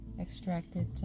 extracted